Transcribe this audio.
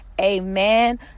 Amen